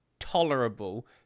tolerable